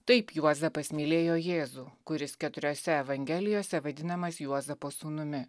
taip juozapas mylėjo jėzų kuris keturiose evangelijose vadinamas juozapo sūnumi